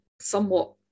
somewhat